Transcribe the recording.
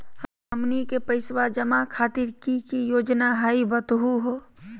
हमनी के पैसवा जमा खातीर की की योजना हई बतहु हो?